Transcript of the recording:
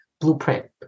blueprint